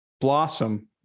Blossom